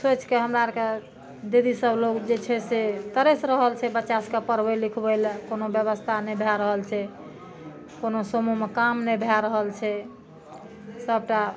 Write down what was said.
सोचि कऽ हमरा आरके दीदी सब लोग जे छै से तरैस रहल छै बच्चा सबके पढ़बै लिखबै लए कोनो ब्यवस्था नहि भए रहल छै कोनो सूमोमे काम नहि भए रहल छै सब टा